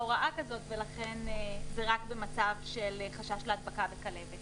זה רק במצב של חשש להדבקה בכלבת.